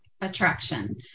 attraction